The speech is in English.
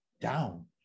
down